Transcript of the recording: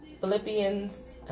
Philippians